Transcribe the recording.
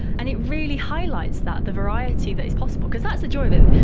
and it really highlights that, the variety that is possible, because that's the joy of it,